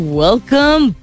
welcome